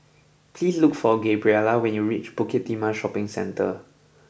please look for Gabriella when you reach Bukit Timah Shopping Centre